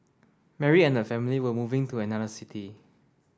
Mary and her family were moving to another city